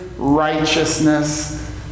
righteousness